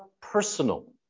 personal